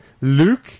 Luke